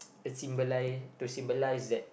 to symbolise to symbolise that